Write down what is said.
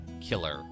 killer